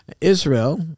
Israel